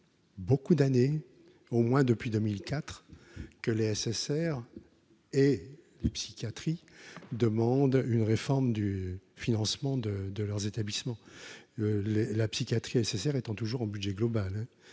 Beaucoup d'années au moins depuis 2004 que la SSR et psychiatrie demande une réforme du financement de de leurs établissements le les la psychiatrie SSR étant toujours en budget global